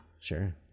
sure